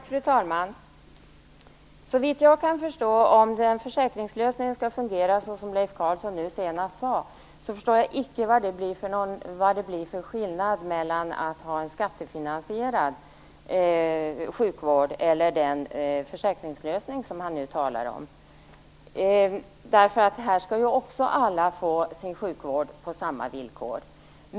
Fru talman! Om försäkringslösningen skall fungera på det sätt som Leif Carlson nu senast sade, förstår jag icke vad det blir för skillnad mellan att ha en skattefinansierad sjukvård och att ha den försäkringslösning han talar om. Enligt den skall ju också alla få sin sjukvård på samma villkor.